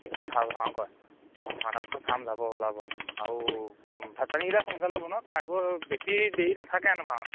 সি ভাল ভাও কৰে অঁ ভাওনাখন চাম যাব ওলাব আও ভাত পানীকেইটা সোনকালে বনাওক খাই বৈ বেছি দেৰি নাথাকে হেনো ভাওনা